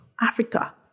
Africa